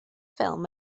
ffilm